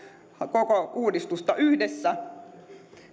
koko uudistusta yhdessä